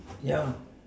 ya